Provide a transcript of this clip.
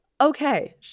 Okay